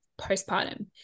postpartum